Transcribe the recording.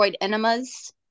enemas